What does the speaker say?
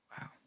Wow